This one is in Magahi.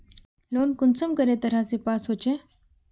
लोन कुंसम करे तरह से पास होचए?